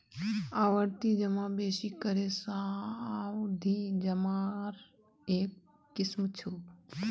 आवर्ती जमा बेसि करे सावधि जमार एक किस्म छ